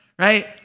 Right